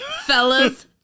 Fellas